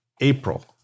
April